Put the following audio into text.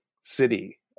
city